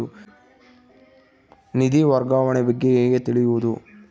ನಿಧಿ ವರ್ಗಾವಣೆ ಬಗ್ಗೆ ಹೇಗೆ ತಿಳಿಯುವುದು?